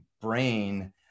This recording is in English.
brain